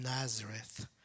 Nazareth